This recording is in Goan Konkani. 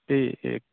ती